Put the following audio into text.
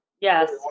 Yes